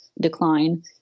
decline